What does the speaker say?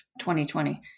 2020